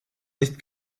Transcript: nicht